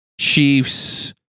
Chiefs